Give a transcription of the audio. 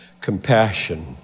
Compassion